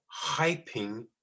hyping